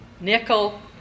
nickel